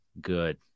good